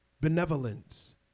benevolence